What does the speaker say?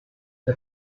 the